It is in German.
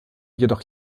jedoch